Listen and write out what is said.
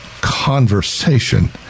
conversation